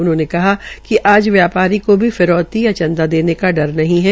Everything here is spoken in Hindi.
उन्होंनें कहा कि व्यापारी को भी फिरौती या चंदा देने का डर नहीं है